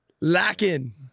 lacking